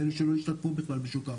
יש כאלה שלא השתתפו בכלל בשוק העבודה.